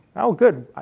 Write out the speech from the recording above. oh good.